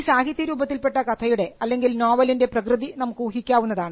ഈ സാഹിത്യ രൂപത്തിൽപെട്ട കഥയുടെ അലെങ്കിൽ നോവലിൻറെ പ്രകൃതി നമുക്ക് ഊഹിക്കാനാവുന്നതാണ്